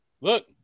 look